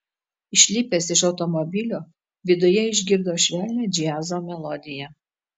išlipęs iš automobilio viduje išgirdo švelnią džiazo melodiją